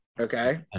okay